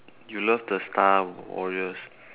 you love the star warriors